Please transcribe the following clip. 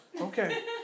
Okay